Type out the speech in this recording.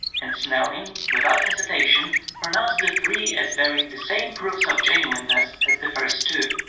and snell ing without hesitation pronounced the three as bearing the same proofs of genuineness as the first two,